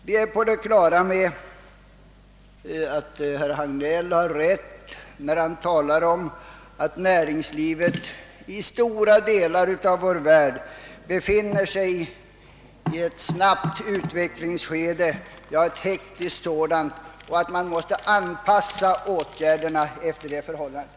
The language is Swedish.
Vi är på det klara med att herr Hagnell har rätt när han talar om att näringslivet i stora delar av vår värld befinner sig i en snabb, ja hektisk, utveckling och att man måste anpassa sina åtgärder efter det förhållandet.